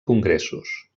congressos